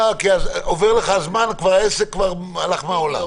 לא, כי אז עובר הזמן והעסק כבר הלך מהעולם.